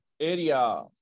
area